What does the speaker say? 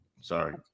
Sorry